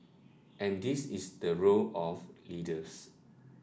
and this is the role of leaders